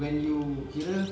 when you kira